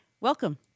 Welcome